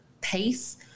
pace